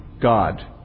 God